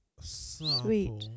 Sweet